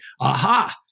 Aha